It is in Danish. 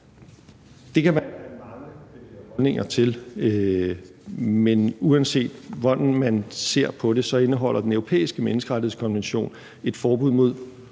Det kan man have mange holdninger til, men uanset hvordan man ser på det, så indeholder Den Europæiske Menneskerettighedskonvention et forbud mod